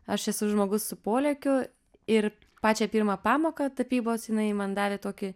aš esu žmogus su polėkiu ir pačią pirmą pamoką tapybos jinai man davė tokį